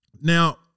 Now